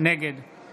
נגד